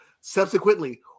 Subsequently